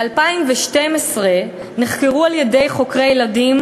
ב-2012 נחקרו על-ידי חוקרי ילדים